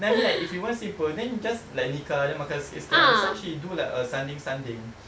then I mean like if you want simple then just like nikah then makan sikit-sikit ah this one she do like a sanding sanding